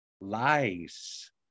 lies